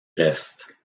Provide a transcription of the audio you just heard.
reste